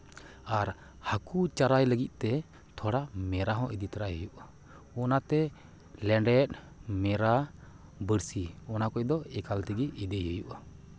ᱟᱨ ᱦᱟᱹᱠᱩ ᱪᱟᱨᱟᱭ ᱞᱟᱹᱜᱤᱫ ᱛᱮ ᱛᱷᱚᱲᱟ ᱢᱮᱨᱟ ᱦᱚᱸ ᱤᱫᱤ ᱛᱟᱨᱟᱭ ᱦᱩᱭᱩᱜᱼᱟ ᱚᱱᱟᱛᱮ ᱞᱮᱸᱰᱮᱫ ᱢᱮᱨᱟ ᱵᱟᱹᱲᱥᱤ ᱚᱱᱟ ᱠᱚᱫᱚ ᱮᱠᱟᱞ ᱛᱮᱜᱮ ᱤᱫᱤ ᱦᱩᱭᱩᱜᱼᱟ